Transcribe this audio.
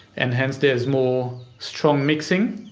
and hence there's more strong mixing,